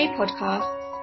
podcasts